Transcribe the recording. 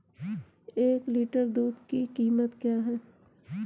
एक लीटर दूध की कीमत क्या है?